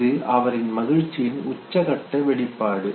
இது அவரின் மகிழ்ச்சியின் உச்சகட்ட வெளிப்பாடு